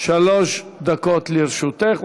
שלוש דקות לרשותך.